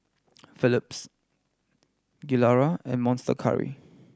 Philips Gilera and Monster Curry